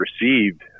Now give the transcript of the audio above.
received